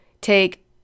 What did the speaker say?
take